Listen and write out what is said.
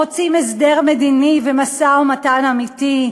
רוצים הסדר מדיני ומשא-ומתן אמיתי,